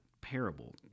parable